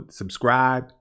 subscribe